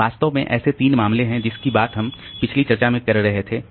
तो वास्तव में ऐसे 3 मामले हैं जिसकी बात हम पिछली चर्चा में कर रहे थे